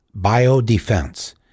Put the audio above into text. Biodefense